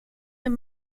than